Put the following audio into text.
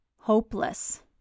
hopeless